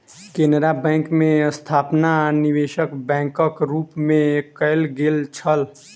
Canara bank के स्थापना निवेशक बैंकक रूप मे कयल गेल छल